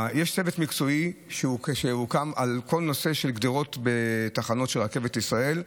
יש צוות מקצועי שהוקם לכל הנושא של גדרות בתחנות של רכבת ישראל,